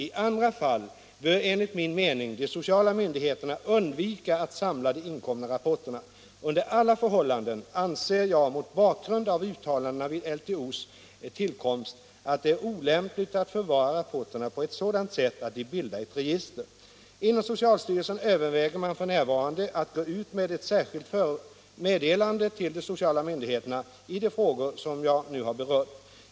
I andra fall bör enligt min mening de sociala myndigheterna undvika att samla de inkomna rapporterna. Under alla förhållanden anser jag mot bakgrund av uttalandena vid LTO:s tillkomst att det är olämpligt att förvara rapporterna på ett sådant sätt att de bildar ett register. Inom socialstyrelsen överväger man f.n. att gå ut med ett särskilt meddelande till de sociala myndigheterna i de frågor som jag nu har berört.